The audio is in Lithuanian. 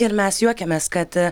ir mes juokėmės kad